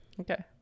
Okay